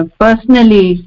personally